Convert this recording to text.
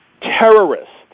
terrorists